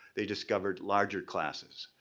they discovered larger classes,